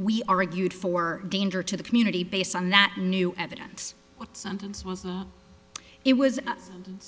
we argued for danger to the community based on that new evidence what's it was